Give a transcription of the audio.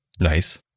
Nice